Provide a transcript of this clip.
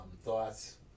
thoughts